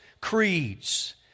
creeds